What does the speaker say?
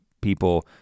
people